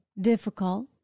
difficult